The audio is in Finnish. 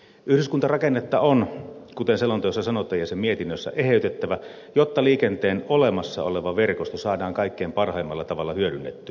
yhdyskuntarakennetta on kuten selonteossa sanotaan ja sen mietinnössä eheytettävä jotta liikenteen olemassa oleva verkosto saadaan kaikkein parhaimmalla tavalla hyödynnettyä